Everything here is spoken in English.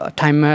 time